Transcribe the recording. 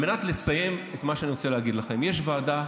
על מנת לסיים את מה שאני רוצה להגיד לכם: יש ועדה